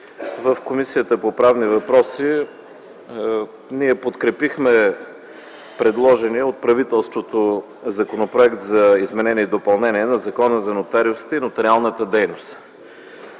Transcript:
В Комисията по правни въпроси ние подкрепихме предложения от правителството Законопроект за изменение и допълнение на Закона за нотариусите и нотариалната дейност.